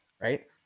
right